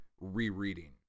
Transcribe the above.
rereading